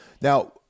Now